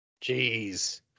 Jeez